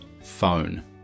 phone